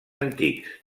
antics